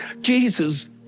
Jesus